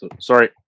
sorry